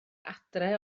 adre